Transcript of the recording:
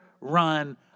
run